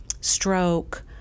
stroke